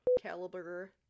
caliber